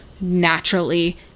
naturally